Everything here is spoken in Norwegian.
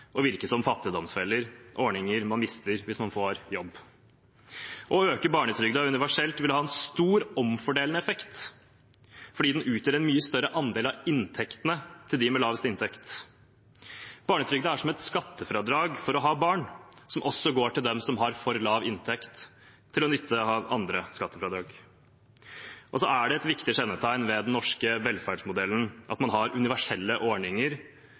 og virke som fattigdomsfeller, ordninger man mister hvis man får jobb. Å øke barnetrygden universelt vil ha en stor omfordelende effekt fordi den utgjør en mye større andel av inntektene til dem med lavest inntekt. Barnetrygden er som et skattefradrag for å ha barn, som også går til dem som har for lav inntekt til å få andre skattefradrag. Det er et viktig kjennetegn ved den norske velferdsmodellen at man har universelle ordninger